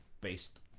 based